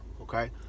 okay